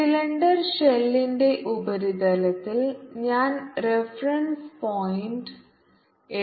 cylinder ഷെല്ലിന്റെ ഉപരിതലത്തിൽ ഞാൻ റഫറൻസ് പോയിന്റ് എടുക്കും